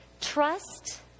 trust